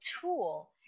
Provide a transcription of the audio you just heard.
tool